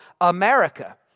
America